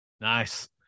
Nice